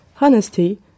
honesty